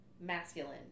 masculine